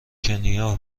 کنیا